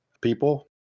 people